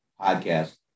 podcast